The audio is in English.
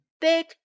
big